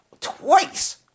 Twice